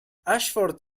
ashford